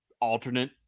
alternate